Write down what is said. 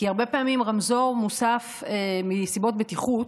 כי הרבה פעמים רמזור מוסף מסיבות של בטיחות,